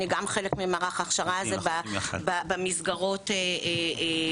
אני גם חלק ממערך ההכשרה הזה במסגרות האקדמאיות.